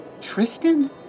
Tristan